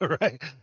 right